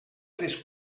tres